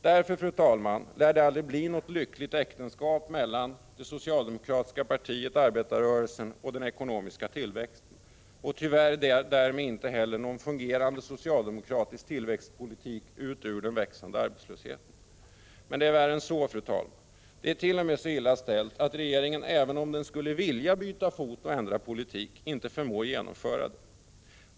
Därför, fru talman, lär det aldrig bli något lyckligt äktenskap mellan det socialdemokratiska partiet-arbetarrörelsen och den ekonomiska tillväxten och därmed inte heller någon fungerande socialdemokratisk tillväxtpolitik ut ur den växande arbetslösheten. Men det är värre än så. Det är t.o.m. så illa ställt att regeringen, även om den skulle vilja byta fot och ändra politik, inte förmår genomföra detta.